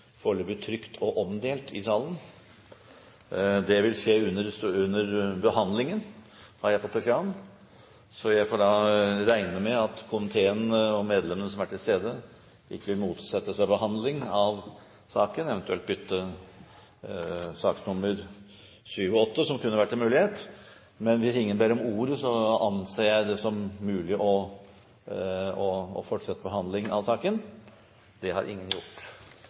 og omdelt i salen. Det vil skje under behandlingen, har jeg fått beskjed om. Jeg regner da med at komiteen og medlemmene som er til stede, ikke vil motsette seg behandling av saken. Eventuelt kan man bytte sak nr. 7 og 8. Det er en mulighet. Hvis ingen ber om ordet, anser jeg det som mulig å fortsette behandlingen av saken. – Det anses vedtatt. Vi får beklage at dette har